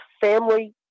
family